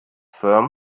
firm